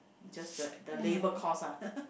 just the the labour cost lah